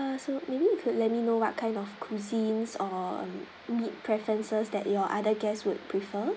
err so maybe you could let me know what kind of cuisines or meat preferences that your other guests would prefer